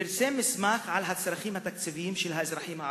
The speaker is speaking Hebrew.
פרסם באפריל 2009 מסמך על הצרכים התקציביים של האזרחים הערבים,